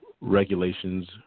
regulations